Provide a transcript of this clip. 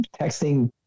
texting